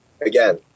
again